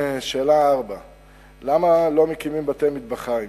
4. למה לא מקימים בתי-מטבחיים?